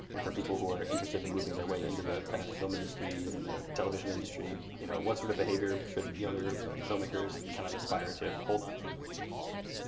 and for people who are interested in moving their way into the kind of film industry, and television industry, you know what sort of behavior should younger filmmakers and kind of aspire to hold onto and avoid?